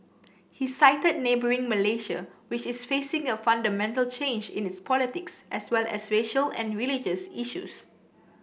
he cited neighbouring Malaysia which is facing a fundamental change in its politics as well as racial and religious issues